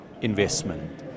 investment